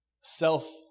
self